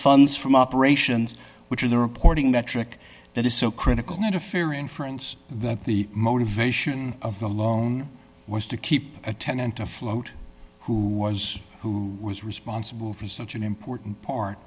funds from operations which are the reporting that trick that is so critical not a fair inference that the motivation of the loan was to keep a tenant afloat who was who was responsible for such an important part